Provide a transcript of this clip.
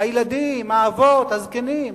הילדים, האבות, הזקנים.